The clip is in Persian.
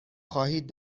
خواهید